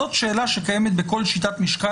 זאת שאלה שקיימת בכל שיטת משקל.